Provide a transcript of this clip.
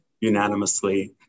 unanimously